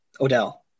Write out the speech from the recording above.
Odell